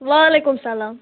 وعلیکُم سلام